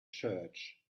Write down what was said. church